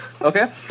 Okay